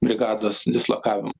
brigados dislokavimo